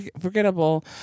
forgettable